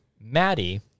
Maddie